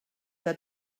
que